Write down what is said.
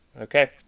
okay